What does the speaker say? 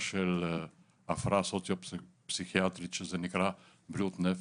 של הפרעה סוציו-פסיכיאטרית שזה נקרא בריאות נפש,